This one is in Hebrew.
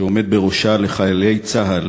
שעומד בראשה, לחיילי צה"ל